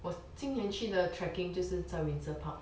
我今年去的 trekking 就是在 windsor park